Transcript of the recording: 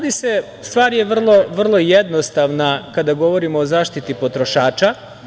Stvar je vrlo jednostavna kada govorimo o zaštiti potrošača.